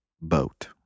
boat